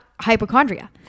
hypochondria